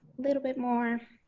little bit more.